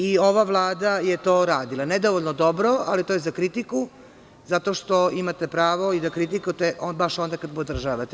I ova Vlada je to radila, nedovoljno dobro, ali to je za kritiku, zato što imate pravo i da kritikujete i baš onda kada podržavate.